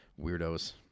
Weirdos